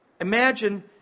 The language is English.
Imagine